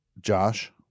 Josh